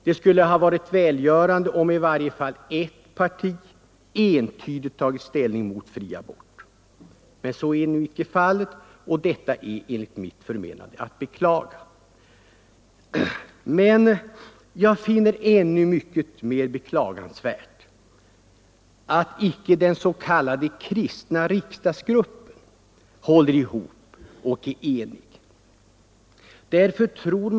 Det skulle ha varit välgörande om åtminstone ett parti entydigt tagit ställning mot fri abort. Men så är nu icke fallet, och det är enligt mitt förmenande att beklaga. Jag finner det dock ännu mer beklagansvärt att icke den s.k. kristna riksdagsgruppen håller ihop och är enig i denna fråga.